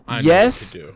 Yes